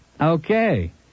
Okay